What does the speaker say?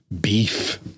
Beef